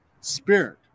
spirit